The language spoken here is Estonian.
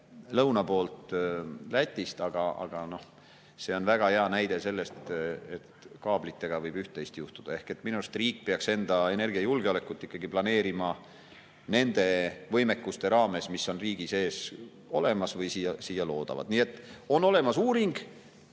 lõuna poolt, Lätist, aga see on väga hea näide selle kohta, et kaablitega võib üht-teist juhtuda. Ehk minu arust peaks riik enda energiajulgeolekut ikkagi planeerima nende võimekuste raames, mis on riigi sees olemas või mis on siia loodavad. Nii et on olemas uuring,